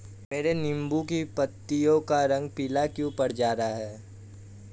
मेरे नींबू की पत्तियों का रंग पीला क्यो पड़ रहा है?